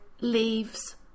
leaves